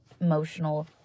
emotional